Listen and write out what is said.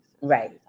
Right